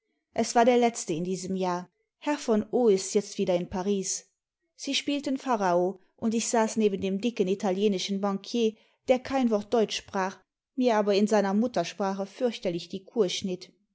es war der letzte in diesem jahr herr v o ist jetzt wieder in paris sie spielten pharao und ich saß neben einem dicken italienischen bankier der kein wort deutsch sprach mir aber in seiner muttersprache fürchterlich die kur